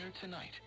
tonight